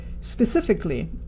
Specifically